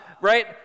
right